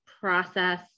process